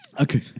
Okay